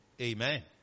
Amen